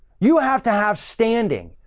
you have to have standing.